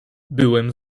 byłem